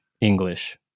English